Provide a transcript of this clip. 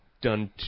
done